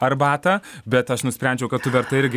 arbatą bet aš nusprendžiau kad tu verta irgi